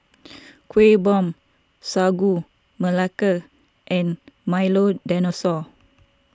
Kuih Bom Sagu Melaka and Milo Dinosaur